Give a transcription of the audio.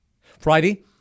Friday